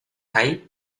thấy